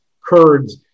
Kurds